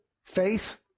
Faith